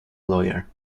lawyer